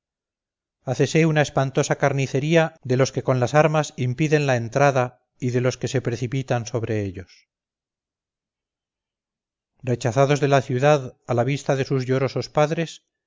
hácese una espantosa carnicería de los que con las armas impiden la entrada y de los que se precipitan sobre ellos rechazados de la ciudad a la vista de sus llorosos padres